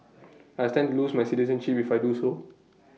I stand to lose my citizenship if I do so